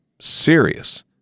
serious